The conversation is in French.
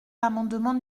l’amendement